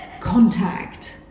contact